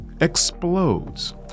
explodes